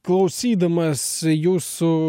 klausydamas jūsų